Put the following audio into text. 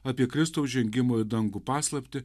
apie kristaus žengimo į dangų paslaptį